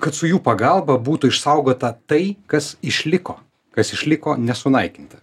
kad su jų pagalba būtų išsaugota tai kas išliko kas išliko nesunaikinta